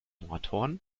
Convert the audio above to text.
nordhorn